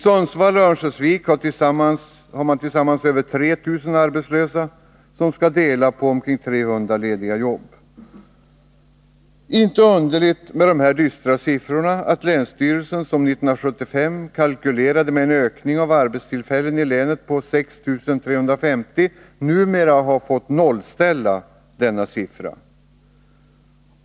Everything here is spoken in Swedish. Sundsvall och Örnsköldsvik har tillsammans över 3 000 arbetslösa som skall dela på omkring 300 lediga jobb. Med tanke på dessa dystra siffror är det inte underligt att länsstyrelsen, som 1975 kalkylerade med en ökning av antalet arbetstillfällen i länet med 6 350, numera har fått nollställa denna siffra.